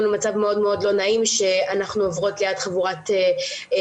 למצב מאוד מאוד לא נעים שאנחנו עוברות ליד חבורת ילדים,